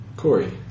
Corey